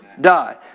die